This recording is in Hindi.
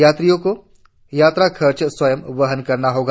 यात्रियों को यात्रा खर्च स्वयं वहन करना होगा